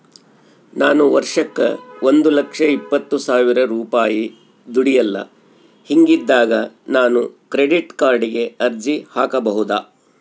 ನಾನು ವರ್ಷಕ್ಕ ಒಂದು ಲಕ್ಷ ಇಪ್ಪತ್ತು ಸಾವಿರ ರೂಪಾಯಿ ದುಡಿಯಲ್ಲ ಹಿಂಗಿದ್ದಾಗ ನಾನು ಕ್ರೆಡಿಟ್ ಕಾರ್ಡಿಗೆ ಅರ್ಜಿ ಹಾಕಬಹುದಾ?